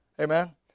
Amen